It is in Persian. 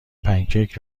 پنکیک